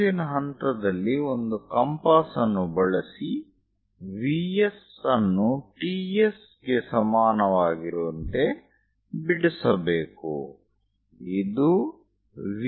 ಮುಂದಿನ ಹಂತದಲ್ಲಿ ಒಂದು ಕಂಪಾಸ್ ಅನ್ನು ಬಳಸಿ VS ಅನ್ನು TS ಗೆ ಸಮಾನವಾಗಿರುವಂತೆ ಬಿಡಿಸಬೇಕು ಇದು V